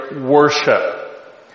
worship